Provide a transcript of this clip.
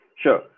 Sure